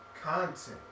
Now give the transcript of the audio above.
content